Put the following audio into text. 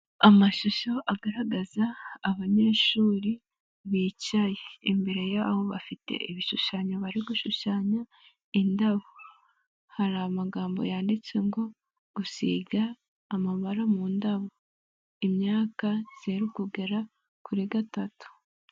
Amashushoyo agaragaza abanyeshuri bicaye, imbere y'abo bafite ibishushanyo bari gushushanya indabo, hari amagambo yanditse ngo gusiga amabara mu ndabo, imyaka zeru gugara kuri gatatu.